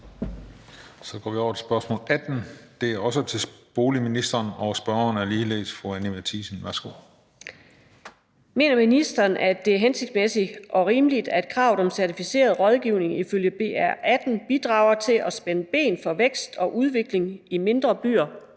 Kl. 15:40 Spm. nr. S 660 18) Til boligministeren af: Anni Matthiesen (V): Mener ministeren, at det er hensigtsmæssigt og rimeligt, at kravet om certificeret rådgivning ifølge BR18 bidrager til at spænde ben for vækst og udvikling i mindre byer